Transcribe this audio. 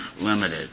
Limited